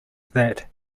that